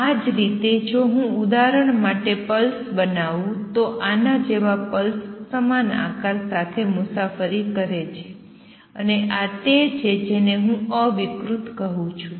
આ જ રીતે જો હું ઉદાહરણ માટે પલ્સ બનાવું તો આના જેવા પલ્સ સમાન આકાર સાથે મુસાફરી કરે છે અને આ તે છે જેને હું અવિકૃત કહું છુ